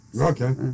Okay